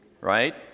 right